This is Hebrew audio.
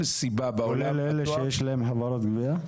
כולל אלה שיש להן חברות גבייה?